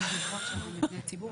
הם דיברו עכשיו על מבני ציבור,